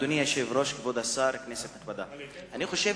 אדוני היושב-ראש, כבוד השר, כנסת נכבדה, אני חושב